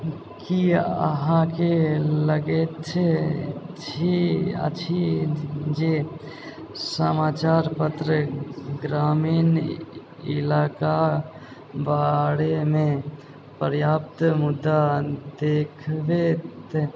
की अहाँकेँ लगैत छै छी अछी जे समाचार पत्र ग्रामीण इलाका बारेमे पर्याप्त मुद्दा देखबैत